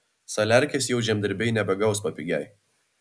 saliarkės jau žemdirbiai nebegaus papigiaj